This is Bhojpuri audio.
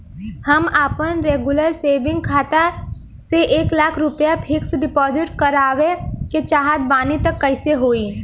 हम आपन रेगुलर सेविंग खाता से एक लाख रुपया फिक्स डिपॉज़िट करवावे के चाहत बानी त कैसे होई?